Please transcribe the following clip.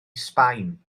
sbaen